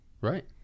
Right